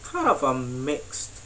kind of a mix